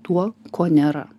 tuo ko nėra